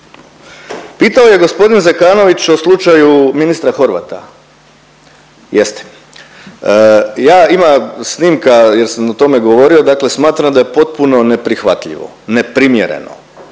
Pitao je g. Zekanović o slučaju ministra Horvata. Jeste. Ima snimka jer sam o tome govorio. Dakle, smatram da je potpuno neprihvatljivo, neprimjereno